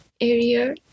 area